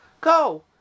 go